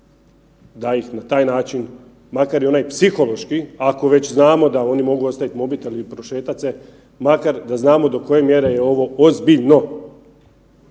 da ih na taj način, makar i onaj psihološki ako već znamo da oni mogu ostavit mobitel i prošetat, makar da znamo do koje mjere je ovo ozbiljno.